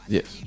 Yes